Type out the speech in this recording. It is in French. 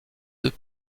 deux